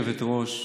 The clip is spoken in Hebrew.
גברתי היושבת-ראש,